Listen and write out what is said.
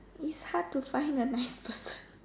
it's hard to find a nice person